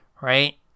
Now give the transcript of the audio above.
Right